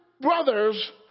brothers